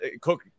cook